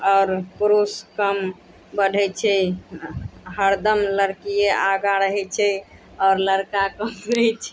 आओर पुरुष कम बढ़ै छै हरदम लड़किये आगाँ रहै छै आओर लड़का कम वृक्ष